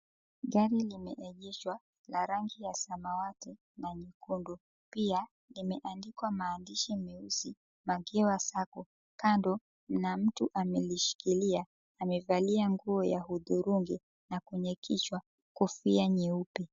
Gari limeegeshwa la rangi ya samawati na nyekundu pia limendikwa maandishi meusi makiwa sacco, kando mna mtu aliyelishikilia, amevalia nguo ya udhurungi na kwenye kichwa kofia nyeupe.